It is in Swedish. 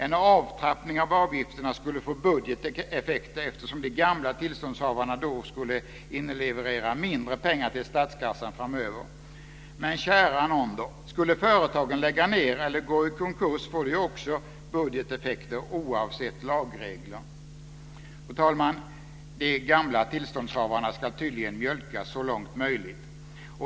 En avtrappning av avgifterna skulle få budgeteffekter eftersom de gamla tillståndshavarna då skulle inleverera mindre pengar till statskassan framöver. Men, kära nån, skulle företagen lägga ned eller gå i konkurs, då får det ju också budgeteffekter, oavsett lagregler! De gamla tillståndshavarna ska tydligen mjölkas så långt som möjligt.